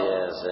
Yes